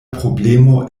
problemo